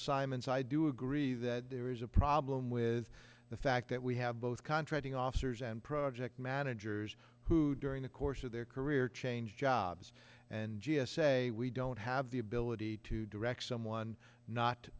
assignments i do agree that there is a problem with the fact that we have both contracting officers and project managers who during the course of their career change jobs and g s a we don't have the ability to direct someone not